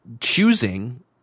choosing